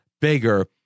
bigger